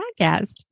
podcast